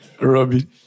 Robbie